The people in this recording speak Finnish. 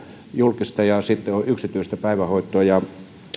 julkista ja yksityistä päivähoitoa